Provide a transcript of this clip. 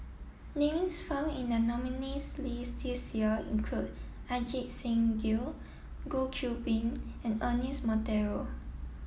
names found in the nominees' list this year include Ajit Singh Gill Goh Qiu Bin and Ernest Monteiro